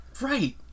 Right